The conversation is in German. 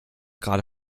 gerade